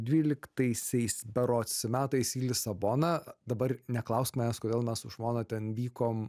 dvyliktaisiais berods metais į lisaboną dabar neklausk manęs kodėl mes su žmona ten vykom